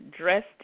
dressed